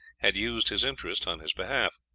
had used his interest on his behalf.